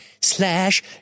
slash